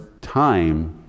time